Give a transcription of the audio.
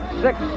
six